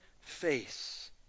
face